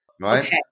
Right